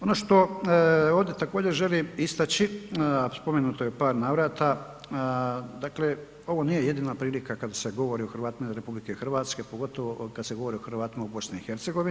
Ono što ovdje također želim istači a spomenuto je u par navrata, dakle ovo nije jedina prilika kada se govori o Hrvatima izvan RH, pogotovo kada se govori o Hrvatima u BiH.